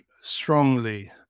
strongly